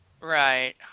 Right